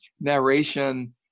narration